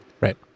Right